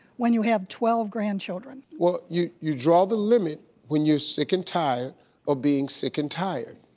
when you have twelve grandchildren? well, you you draw the limit when you're sick and tired of being sick and tired.